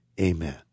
Amen